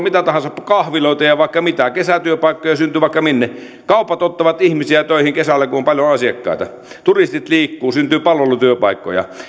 mitä tahansa kahviloita ja vaikka mitä kesätyöpaikkoja syntyy vaikka minne kaupat ottavat ihmisiä töihin kesällä kun on paljon asiakkaita turistit liikkuvat syntyy palvelutyöpaikkoja